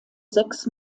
sechs